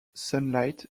sunlight